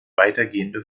weitergehende